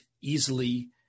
easily